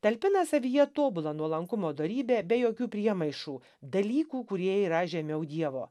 talpina savyje tobulą nuolankumo dorybę be jokių priemaišų dalykų kurie yra žemiau dievo